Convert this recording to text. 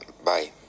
Bye